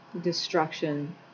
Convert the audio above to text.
destruction